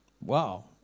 Wow